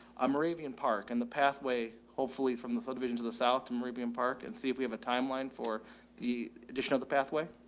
i'm moravian park and the pathway, hopefully from the subdivision to the south to meridian park and see if we have a timeline for the addition of the pathway.